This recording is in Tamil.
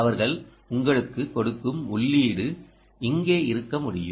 அவர்கள் உங்களுக்கு கொடுக்கும் உள்ளீடு இங்கே இருக்க முடியும்